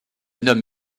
nomme